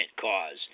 cause